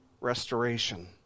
restoration